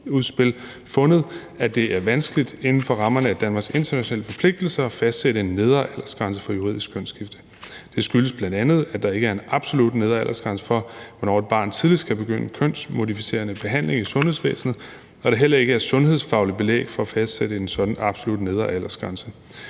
lgbti-udspil, fundet, at det er vanskeligt inden for rammerne af Danmarks internationale forpligtelser at fastsætte en nedre aldersgrænse for juridisk kønsskifte. Det skyldes bl.a., at der ikke er en absolut nedre aldersgrænse for, hvornår et barn tidligst kan begynde en kønsmodificerende behandling i sundhedsvæsenet, og der heller ikke er sundhedsfagligt belæg for at fastsætte en sådan absolut nedre aldersgrænse.